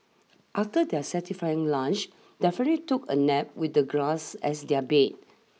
after their satisfying lunch the family took a nap with the grass as their bed